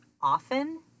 often